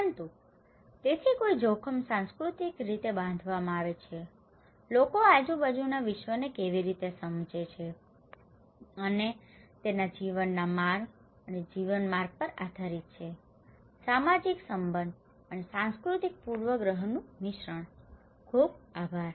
પરંતુ તેથી જોખમ સાંસ્કૃતિક રીતે બાંધવામાં આવે છે લોકો આજુબાજુના વિશ્વને કેવી રીતે સમજે છે અને તેના જીવનના માર્ગ અને જીવન માર્ગ પર આધારિત છે સામાજિક સંબંધ અને સાંસ્કૃતિક પૂર્વગ્રહનું મિશ્રણ ખૂબ ખૂબ આભાર